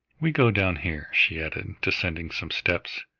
we go down here, she added, descending some steps,